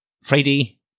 Friday